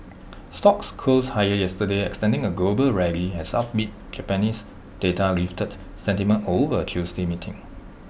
stocks closed higher yesterday extending A global rally as upbeat Japanese data lifted sentiment over Tuesday meeting